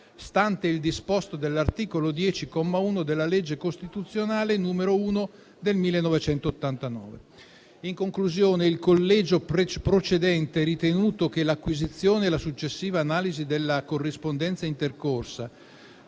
stante il disposto dell'articolo 10, comma 1, della legge costituzionale n. 1 del 1989. In conclusione, il collegio procedente ha ritenuto che l'acquisizione e la successiva analisi della corrispondenza intercorsa